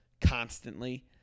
constantly –